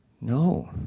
No